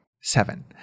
Seven